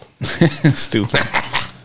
Stupid